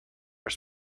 are